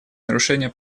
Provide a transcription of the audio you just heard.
нарушения